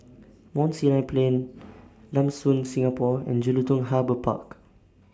Mount Sinai Plain Lam Soon Singapore and Jelutung Harbour Park